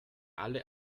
alle